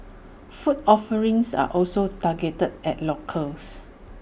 food offerings are also targeted at locals